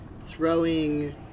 throwing